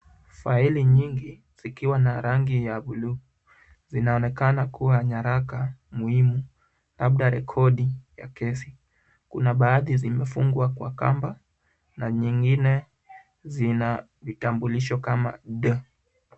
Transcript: Faili nyingi zikiwa na rangi ya buluu. Zinaonekana kuwa nyaraka muhimu, labda rekodi ya kesi. Kuna baadhi zimefungwa kwa kamba na zingine zina vitambulisho kama D.